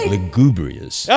Lugubrious